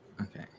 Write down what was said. Okay